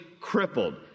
crippled